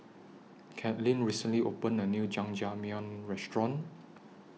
Cathleen recently opened A New Jajangmyeon Restaurant